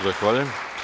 Zahvaljujem.